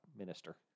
Minister